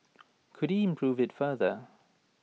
could he improve IT further